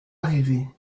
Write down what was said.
arrivé